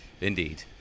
Indeed